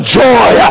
joy